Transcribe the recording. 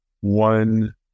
one